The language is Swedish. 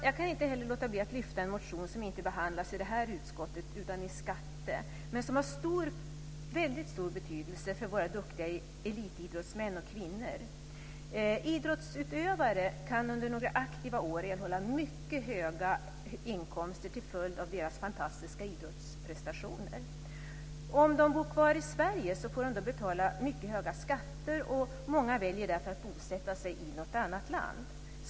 Jag kan inte heller låta bli att lyfta fram en motion som inte behandlas i det här utskottet utan i skatteutskottet. Den har väldigt stor betydelse för våra duktiga elitidrottsmän och kvinnor. Idrottsutövare kan under några aktiva år erhålla mycket höga inkomster till följd av sina fantastiska idrottsprestationer. Om de bor kvar i Sverige får de betala mycket höga skatter, och många väljer därför att bosätta sig i ett annat land.